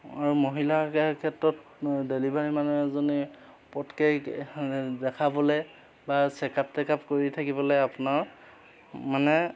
আৰু মহিলাৰ ক্ষেত্ৰত ডেলিভাৰী মানুহ এজনী পটকেই দেখাবলে বা চেক আপ টেকআপ কৰি থাকিবলে আপোনাৰ মানে